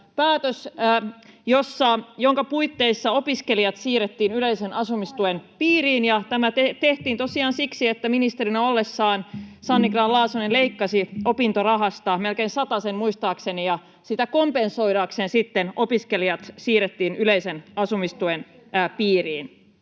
päätöstä, jonka puitteissa opiskelijat siirrettiin yleisen asumistuen piiriin. Tämä tehtiin tosiaan siksi, että ministerinä ollessaan Sanni Grahn-Laasonen leikkasi opintorahasta muistaakseni melkein satasen, ja sen kompensoimiseksi sitten opiskelijat siirrettiin yleisen asumistuen piiriin.